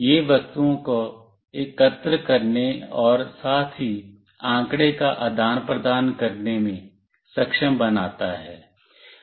यह वस्तुओं को एकत्र करने और साथ ही आंकड़े का आदान प्रदान करने में सक्षम बनाता है